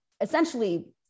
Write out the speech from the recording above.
essentially